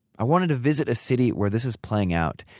i wanted to visit a city where this is playing out,